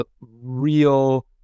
real